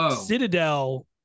Citadel